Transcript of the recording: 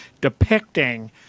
depicting